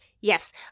yes